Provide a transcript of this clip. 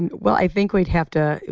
and well, i think we'd have to,